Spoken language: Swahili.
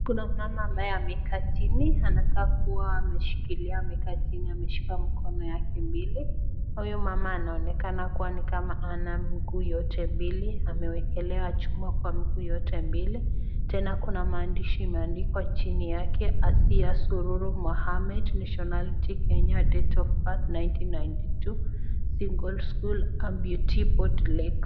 Kuna mama ambaye amekaa chini, anakaa kuwa ameshikilia amekaa chini ameshika mikono yake mbili. Huyu mama anaonekana kuwa ni kama ana miguu yote mbili amewekelewa chuma kwa miguu yote mbili. Tena kuna maandishi imeandikwa chini yake "Asiya Sururu Mohammed, Nationality Kenya, Date of Birth nineteen ninety-two, Single sculls, Amputee both legs ".